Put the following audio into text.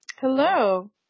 Hello